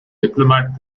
diplomat